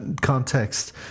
context